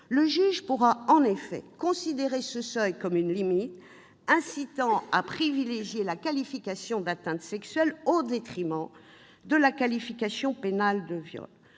Le juge pourra en effet considérer ce seuil comme une limite, ce qui pourrait l'inciter à privilégier la qualification d'atteinte sexuelle au détriment de la qualification pénale de viol.